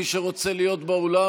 מי שרוצה להיות באולם,